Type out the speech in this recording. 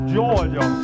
Georgia